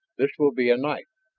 this will be a knife.